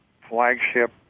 flagship